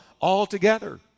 altogether